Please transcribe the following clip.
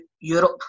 Europe